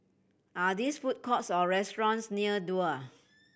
are this food courts or restaurants near Duo